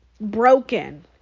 broken